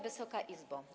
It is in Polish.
Wysoka Izbo!